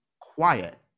quiet